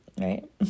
right